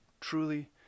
truly